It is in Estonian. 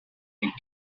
ning